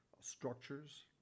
structures